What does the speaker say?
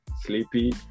sleepy